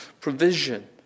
provision